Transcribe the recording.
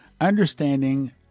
understanding